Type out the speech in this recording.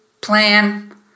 plan